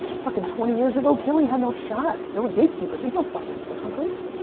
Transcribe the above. fucking twenty years ago killy had no shot. there were gatekeepers, there's no fucking gatekeepers.